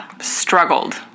struggled